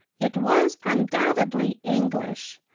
it was undoubtedly english,